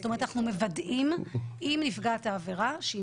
זאת אומרת אנחנו מוודאים עם נפגעת העבירה שהיא